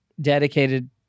dedicated